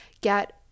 get